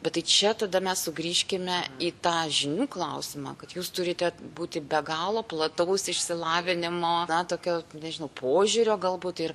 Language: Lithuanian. bet tai čia tada mes sugrįžkime į tą žinių klausimą kad jūs turite būti be galo plataus išsilavinimo na tokio nežinau požiūrio galbūt ir